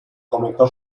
comenzó